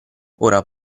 ora